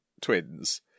twins